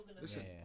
listen